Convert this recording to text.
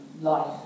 life